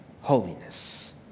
holiness